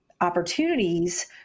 opportunities